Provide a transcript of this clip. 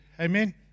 Amen